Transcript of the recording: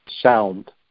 sound